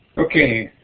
okay.